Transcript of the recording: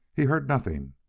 he heard nothing,